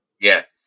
Yes